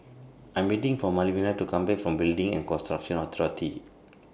I Am waiting For Malvina to Come Back from Building and Construction Authority